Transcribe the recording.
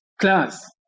class